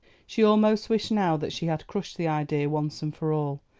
she almost wished now that she had crushed the idea once and for all.